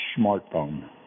smartphone